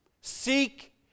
Seek